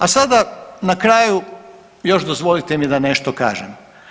A sada, na kraju još dozvolite mi da nešto kažem.